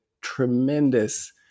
tremendous